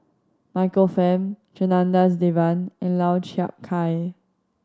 Michael Fam Janadas Devan and Lau Chiap Khai